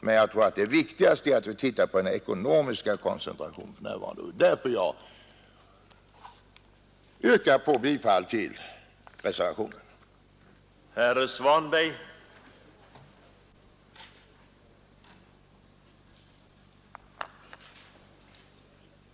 Men jag tror att det viktigaste är att vi ser på den ekonomiska koncentrationen för närvarande, och det är därför jag yrkar bifall till reservationen.